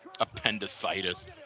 appendicitis